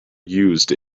used